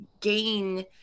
gain